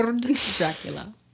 Dracula